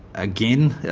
again,